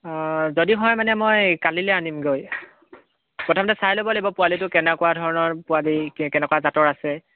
যদি হয় মানে মই কালিলৈ আনিমগৈ প্ৰথমতে চাই ল'ব লাগিব পোৱালিটো কেনেকুৱা ধৰণৰ পোৱালি কেনেকুৱা জাতৰ আছে